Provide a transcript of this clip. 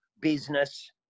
business